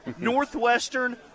Northwestern